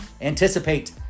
anticipate